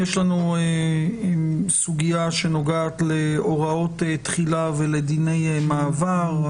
יש לנו סוגיה שנוגעת להוראות תחילה ולדיני מעבר.